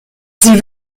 sie